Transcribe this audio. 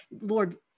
Lord